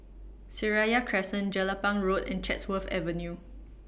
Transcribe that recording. Seraya Crescent Jelapang Road and Chatsworth Avenue